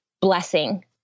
blessing